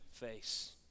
face